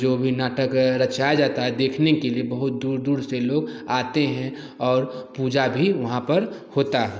जो भी नाटक रचाया जाता है देखने के लिए बहुत दूर दूर से लोग आते हैं और पूजा भी वहाँ पर होता है